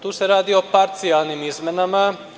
Tu se radi o parcijalnim izmenama.